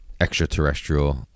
extraterrestrial